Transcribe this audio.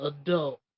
adult